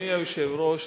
אדוני היושב-ראש,